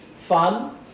fun